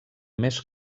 més